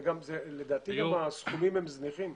לדעתי הסכומים הם זניחים.